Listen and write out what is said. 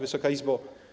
Wysoka Izbo!